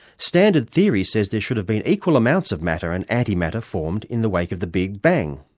standard theory says there should have been equal amounts of matter and antimatter formed in the wake of the big bang.